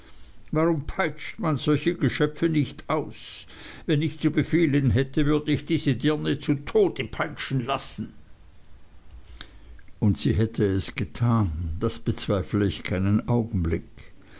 warum peitscht man solche geschöpfe nicht aus wenn ich zu befehlen hätte würde ich diese dirne zu tode peitschen lassen und sie hätte es getan das bezweifle ich keinen augenblick